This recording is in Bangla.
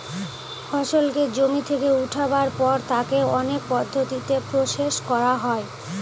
ফসলকে জমি থেকে উঠাবার পর তাকে অনেক পদ্ধতিতে প্রসেস করা হয়